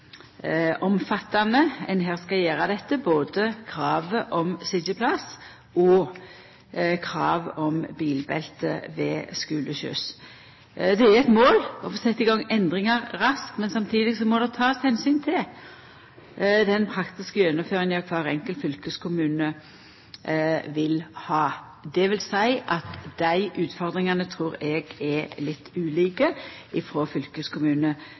omfattande ein skal gjera dette, både når det gjeld kravet om sitjeplass og kravet om bilbelte ved skuleskyss. Det er eit mål å få sett i gang endringar raskt, men samtidig må det takast omsyn til den praktiske gjennomføringa i kvar enkelt fylkeskommune. Utfordringane trur eg er litt ulike frå fylkeskommune